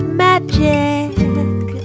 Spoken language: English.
magic